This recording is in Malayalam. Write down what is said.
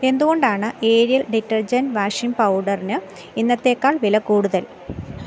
എന്തുകൊണ്ടാണ് ഏരിയൽ ഡിറ്റർജെൻറ് വാഷിംഗ് പൗഡറിന് ഇന്നത്തേക്കാൾ വിലക്കൂടുതൽ